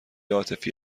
عاطفی